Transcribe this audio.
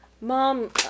mom